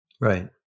Right